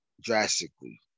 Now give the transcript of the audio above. drastically